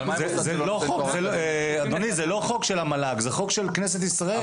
זה לא חוק של המל"ג זה חוק של כנסת ישראל.